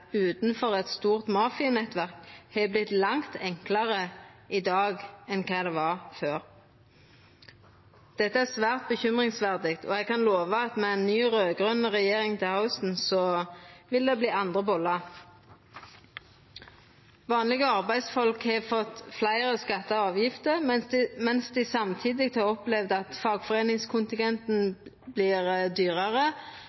dag enn kva det var før. Dette er svært bekymringsverdig, og eg kan lova at med ei ny raud-grøn regjering til hausten vil det verta andre bollar. Vanlege arbeidsfolk har fått fleire skattar og avgifter, mens dei samtidig har opplevd at